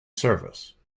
service